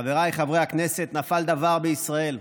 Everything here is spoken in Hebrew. חבריי חברי הכנסת, נפל דבר בישראל: